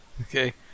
Okay